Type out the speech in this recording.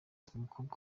umukondo